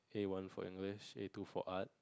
A one for English A two for Art